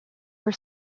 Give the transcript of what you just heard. are